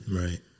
Right